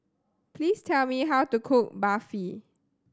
please tell me how to cook Barfi